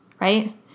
right